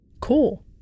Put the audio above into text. Cool